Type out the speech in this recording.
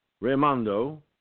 Raimondo